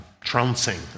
trouncing